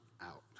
out